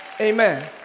Amen